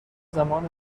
زمان